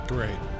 Great